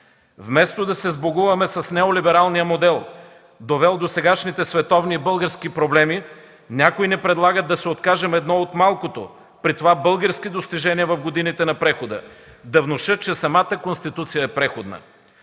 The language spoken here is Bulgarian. Вместо да се сбогуваме с неолибералния модел, довел до сегашните световни и български проблеми, някой ни предлага да се откажем от едно от малкото, при това български достижения в годините на прехода – да внушат, че самата Конституция е преходна.